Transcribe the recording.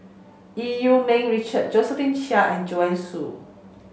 Eu Yee Ming Richard Josephine Chia and Joanne Soo